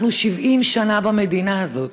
אנחנו 70 שנה במדינה הזאת.